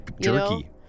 jerky